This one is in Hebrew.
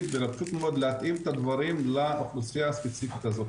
ופשוט מאוד להתאים את הדברים לאוכלוסייה הספציפית הזו,